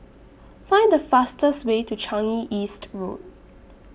Find The fastest Way to Changi East Road